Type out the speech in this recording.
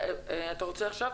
אתה רוצה לשאול עכשיו?